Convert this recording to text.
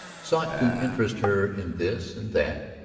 sought to interest her in this and that,